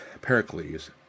Pericles